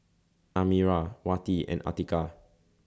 Amirah Wati and Atiqah